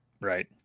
Right